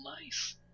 nice